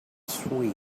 sweet